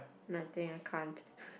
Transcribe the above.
nothing I can't